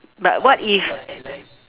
but what if